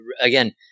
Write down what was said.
again